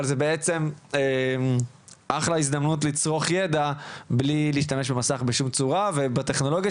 אבל זו בעצם אחלה הזדמנות לצרוך ידע מבלי להשתמש במסך בשום צורה ובטכנולוגיה